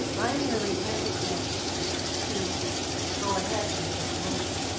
i'm really hesitant to go ahead with this motion.